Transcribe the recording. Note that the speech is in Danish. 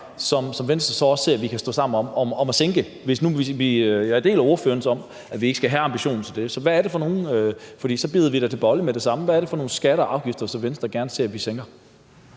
som Venstre så også ser vi kan stå sammen om at sænke? Jeg er enig med ordføreren i, at vi ikke skal have den ambition, men lad os bide til bolle med det samme: Hvad er det for nogen skatter og afgifter, som Venstre gerne ser vi sænker?